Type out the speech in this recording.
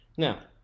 Now